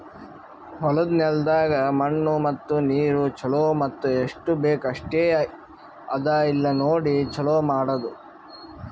ಹೊಲದ ನೆಲದಾಗ್ ಮಣ್ಣು ಮತ್ತ ನೀರು ಛಲೋ ಮತ್ತ ಎಸ್ಟು ಬೇಕ್ ಅಷ್ಟೆ ಅದಾ ಇಲ್ಲಾ ನೋಡಿ ಛಲೋ ಮಾಡದು